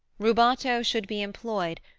rubato should be employed,